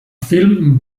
film